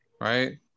right